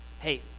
hey